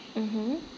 mmhmm